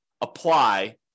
apply